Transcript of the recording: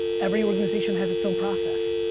every organization has its own process.